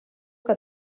que